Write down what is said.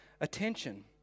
attention